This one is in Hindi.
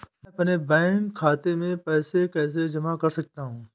मैं अपने बैंक खाते में पैसे कैसे जमा कर सकता हूँ?